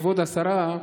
כבוד השרה,